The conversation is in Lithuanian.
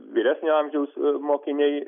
vyresnio amžiaus mokiniai